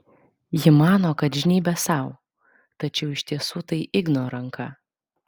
ji mano kad žnybia sau tačiau iš tiesų tai igno ranka